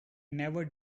never